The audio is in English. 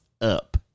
up